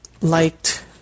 liked